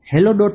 hello